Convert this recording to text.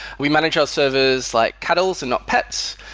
we manage our service like cattle and not pets.